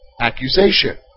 accusation